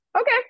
Okay